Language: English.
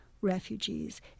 refugees